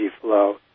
flow